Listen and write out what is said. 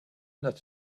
not